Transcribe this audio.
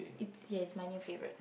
it's ya it's my new favourite